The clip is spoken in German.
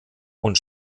und